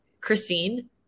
Christine